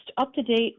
up-to-date